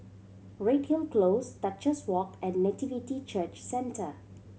Redhill Close Duchess Walk and Nativity Church Centre